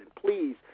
please